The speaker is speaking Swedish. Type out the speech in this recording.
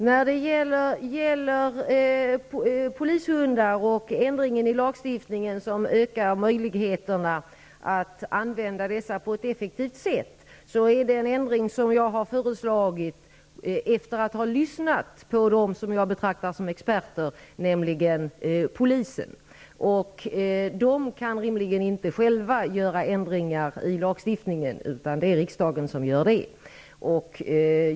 Herr talman! Ändringen i lagstiftningen som ökar möjligheterna att använda polishundar på ett effektivt sätt har jag föreslagit efter att ha lyssnat på dem som jag betraktar som experter, nämligen polisen. Man kan rimligen inte själva göra ändringar i lagstiftningen, utan det är riksdagens uppgift.